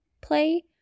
play